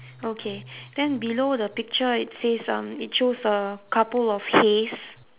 okay then below the picture it says um it shows a couple of hays